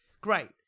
great